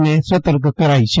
ને સતર્ક કરાઇ છે